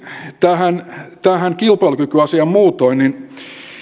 tähän tähän kilpailukykyasiaan muutoin